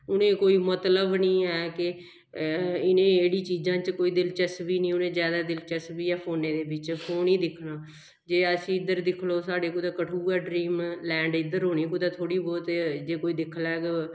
उ'नेंगी कोई मतलब निं ऐ के इ'नें गी एह्कड़ी चीजें च कोई दिलचस्पी निं उ'नेंगी जादा दिलचस्पी ऐ फोनै दे बिच्च फोन ही दिक्खना जे असीं इद्धर दिक्खी लैओ साढ़े कुतै कठुऐ ड्रीम लैंड इद्धर होने कुतै थोह्ड़ी बहुत जे कोई दिक्खी लैग